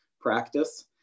practice